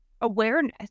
awareness